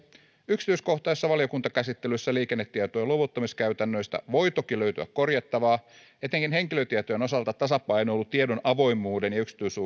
yksityiskohtaisessa valiokuntakäsittelyssä liikennetietojen luovuttamiskäytännöistä voi toki löytyä korjattavaa etenkin henkilötietojen osalta tasapainoilu tiedon avoimuuden ja